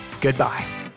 goodbye